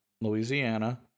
Louisiana